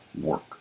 work